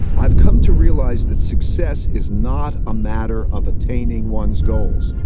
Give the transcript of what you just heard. i've come to realize that success is not a matter of attaining one's goals.